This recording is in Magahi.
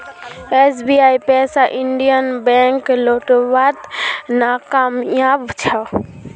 एसबीआईर पैसा इंडियन बैंक लौटव्वात नाकामयाब छ